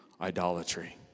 idolatry